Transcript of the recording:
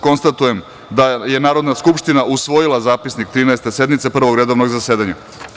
Konstatujem da je Narodna skupština usvojila Zapisnik Trinaeste sednice Prvog redovnog zasedanja.